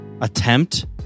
attempt